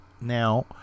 now